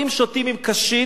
אם שותים עם קשית,